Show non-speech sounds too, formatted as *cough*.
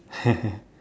*laughs*